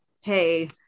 hey